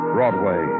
Broadway